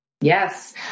Yes